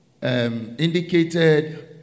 Indicated